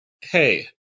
hey